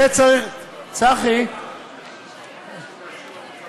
תודה רבה לכם.